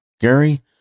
Gary